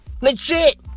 Legit